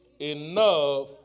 enough